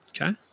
Okay